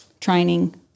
training